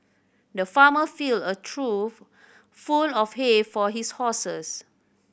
the farmer filled a trough full of hay for his horses